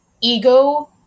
Ego